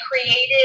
created